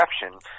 exception –